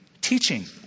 teaching